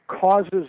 causes